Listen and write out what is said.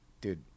dude